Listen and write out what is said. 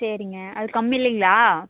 சரிங்க அது கம்மி இல்லைங்களா